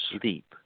sleep